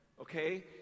Okay